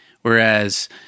Whereas